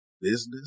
business